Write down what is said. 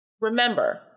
Remember